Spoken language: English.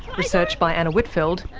research by anna whitfeld,